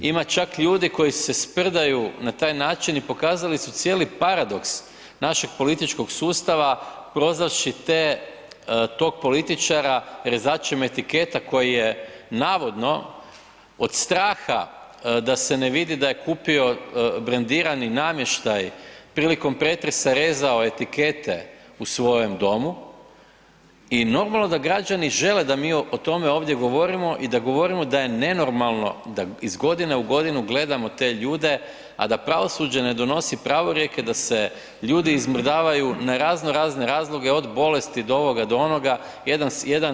Ima čak ljudi koji se sprdaju na taj način i pokazali su cijeli paradoks našeg političkog sustava prozvavši tog političara rezačem etiketa koji je navodno od straha da se ne vidi da je kupio brendirani namještaj prilikom pretresa rezao etikete u svojem domu i normalno da građani žele da mi o tome ovdje govorimo i da govorimo da je nenormalno da iz godine u godinu gledamo te ljude, a da pravosuđe ne donosi pravorijeke da se ljudi izmrdavaju na raznorazne razloge od bolesti do ovoga do onoga.